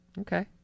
Okay